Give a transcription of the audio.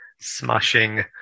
smashing